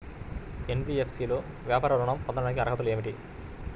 NBFC లో వ్యాపార ఋణం పొందటానికి అర్హతలు ఏమిటీ?